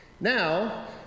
Now